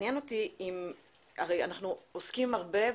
אנחנו עוסקים הרבה,